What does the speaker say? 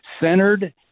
centered